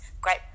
great